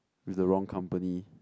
with the wrong company